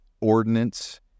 ordinance